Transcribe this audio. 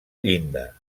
llinda